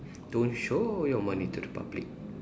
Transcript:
don't show your money to the public